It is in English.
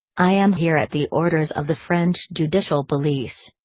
i am here at the orders of the french judicial police.